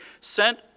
sent